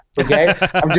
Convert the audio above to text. okay